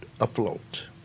afloat